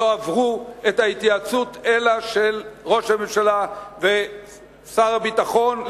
לא עברו את ההתייעצות אלא של ראש הממשלה ושר הביטחון,